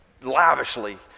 lavishly